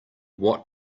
what